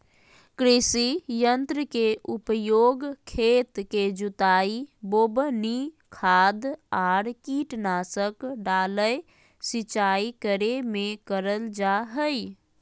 कृषि यंत्र के उपयोग खेत के जुताई, बोवनी, खाद आर कीटनाशक डालय, सिंचाई करे मे करल जा हई